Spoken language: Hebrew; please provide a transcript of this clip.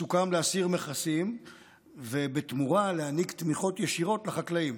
סוכם להסיר מכסים ובתמורה להעניק תמיכות ישירות לחקלאים.